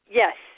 yes